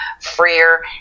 freer